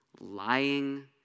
lying